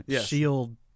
shield